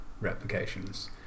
replications